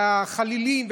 והחלילים,